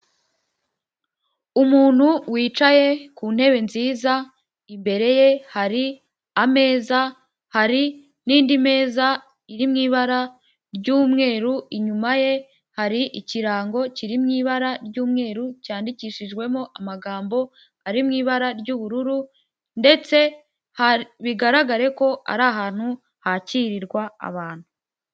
Umuntu wicaye ku ntebe nziza imbere ye hari ameza, hari n'indi meza iri mu ibara ry'umweru inyuma ye hari ikirango kiri mu ibara ry'umweru, cyandikishijwemo amagambo ari mu ibara ry'ubururu ndetse bigaragare ko ari ahantu hakirirwa abantu.